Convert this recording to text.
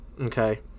Okay